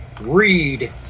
read